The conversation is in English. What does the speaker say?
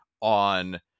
on